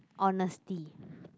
honesty